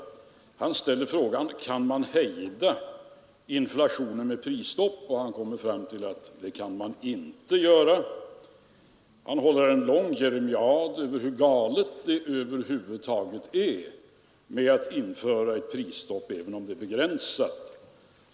Han ställer frågan: Kan man hejda inflationen med prisstopp? Han kommer fram till att det kan man inte göra. Han håller en lång jeremiad över hur galet det över huvud taget är att införa ett prisstopp även om det är begränsat.